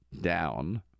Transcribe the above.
down